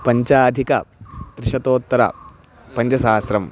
पञ्चाधिकत्रिशतोत्तरपञ्चसहस्रं